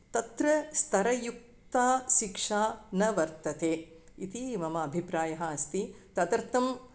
तत्र स्तरयुक्ताशिक्षा न वर्तते इति मम अभिप्रायः अस्ति तदर्थम्